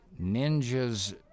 ninja's